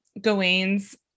Gawain's